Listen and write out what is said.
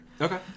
Okay